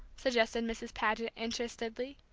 suggested mrs. paget, interestedly,